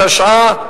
התשע"א 2010,